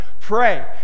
pray